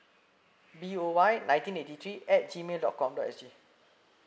B O Y nineteen eighty three at G mail dot com dot S G